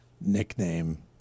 nickname